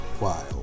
wild